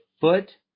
foot